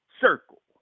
circle